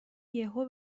یهو